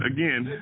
Again